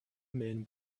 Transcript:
men